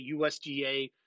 USDA